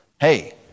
hey